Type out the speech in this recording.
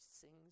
sings